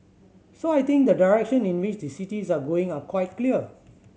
so I think the direction in which the cities are going are quite clear